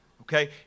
Okay